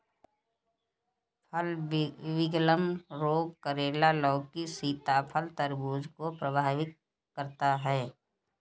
फल विगलन रोग करेला, लौकी, सीताफल, तरबूज को प्रभावित करता है